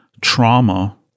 trauma